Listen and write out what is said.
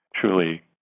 truly